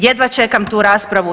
Jedva čekam tu raspravu.